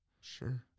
Sure